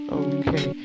okay